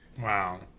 Wow